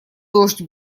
дождь